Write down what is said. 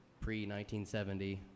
pre-1970